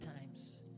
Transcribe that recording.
times